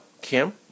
Kim